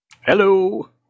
Hello